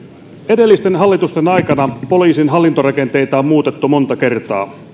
edellisten hallitusten aikana poliisin hallintorakenteita on muutettu monta kertaa